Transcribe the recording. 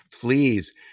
please